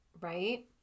right